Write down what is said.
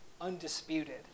undisputed